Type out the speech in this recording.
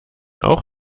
auch